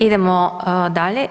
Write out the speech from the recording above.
Idemo dalje.